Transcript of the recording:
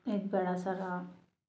एक बड़ा सा